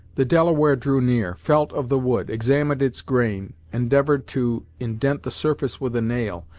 the delaware drew near, felt of the wood, examined its grain, endeavored to indent the surface with a nail,